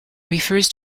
refers